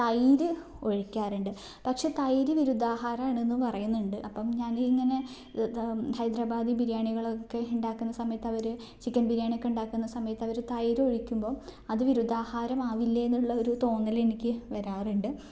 തൈര് ഒഴിക്കാറുണ്ട് പക്ഷേ തൈര് വിരുദ്ധാഹാരാണെന്നും പറയുന്നുണ്ട് അപ്പം ഞാൻ ഇങ്ങനെ ഹൈദരാബാദി ബിരിയാണികളൊക്കെ ഉണ്ടാക്കുന്ന സമയത്ത് അവർ ചിക്കൻ ബിരിയാണി ഒക്കെ ഉണ്ടാക്കുന്ന സമയത്ത് അവർ തൈര് ഒഴിക്കുമ്പം അത് വിരുദ്ധാഹാരം ആവില്ലേന്നുള്ള ഒരു തോന്നൽ എനിക്ക് വരാറുണ്ട്